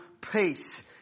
peace